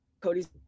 Cody's